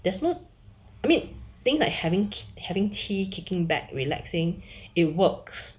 that's no I mean thing that having having tea kicking back relaxing it works